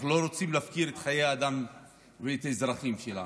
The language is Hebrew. אנחנו לא רוצים להפקיר חיי אדם ואת האזרחים שלנו.